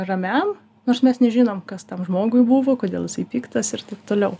ramiam nors mes nežinom kas tam žmogui buvo kodėl jisai piktas ir taip toliu